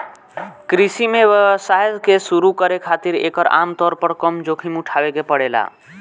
कृषि में व्यवसाय के शुरू करे खातिर एकर आमतौर पर कम जोखिम उठावे के पड़ेला